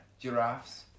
giraffes